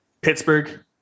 Pittsburgh